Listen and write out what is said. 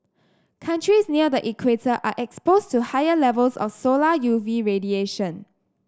countries near the equator are exposed to higher levels of solar U V radiation